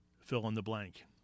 fill-in-the-blank